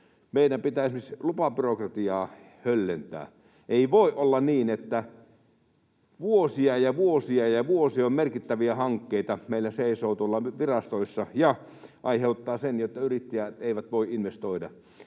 meidän pitää esimerkiksi lupabyrokratiaa höllentää. Ei voi olla niin, että vuosia ja vuosia ja vuosia merkittäviä hankkeita meillä seisoo tuolla virastoissa ja aiheuttaa sen, että yrittäjät eivät voi investoida.